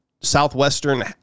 Southwestern